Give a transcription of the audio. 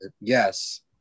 yes